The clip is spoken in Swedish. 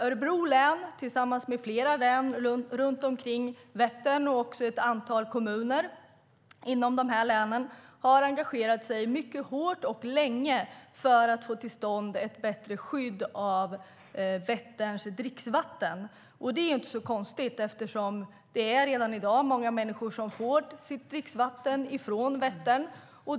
Örebro län har tillsammans med flera län runt Vättern och ett antal kommuner inom de länen engagerat sig mycket hårt och länge för att få till stånd ett bättre skydd av Vätterns dricksvatten. Det är inte så konstigt. Det är redan i dag många människor som får sitt dricksvatten från Vättern.